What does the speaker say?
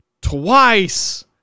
twice